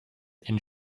and